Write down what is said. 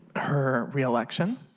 her reelection,